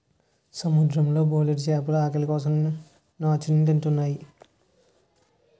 సముద్రం లో బోలెడు చేపలు ఆకలి కోసం నాచుని తింతాయి